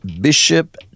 Bishop